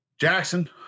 Jackson